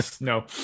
no